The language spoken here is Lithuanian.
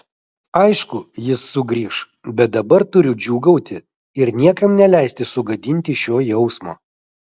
aišku jis sugrįš bet dabar turiu džiūgauti ir niekam neleisti sugadinti šio jausmo